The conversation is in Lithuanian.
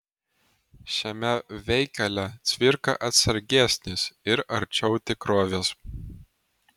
šiame veikale cvirka atsargesnis ir arčiau tikrovės